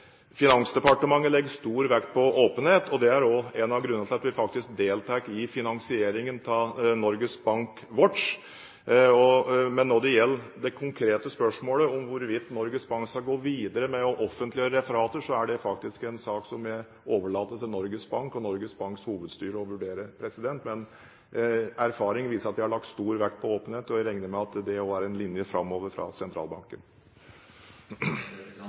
Finansdepartementet legger stor vekt på åpenhet. Det er en av grunnene til at vi deltar i finansieringen av Norges Bank Watch. Men når det gjelder det konkrete spørsmålet – hvorvidt Norges Bank skal gå videre med å offentliggjøre referater – er det faktisk en sak som jeg overlater til Norges Bank og Norges Banks hovedstyre å vurdere. Men erfaring viser at de har lagt stor vekt på åpenhet, og jeg regner med at det også er en linje framover fra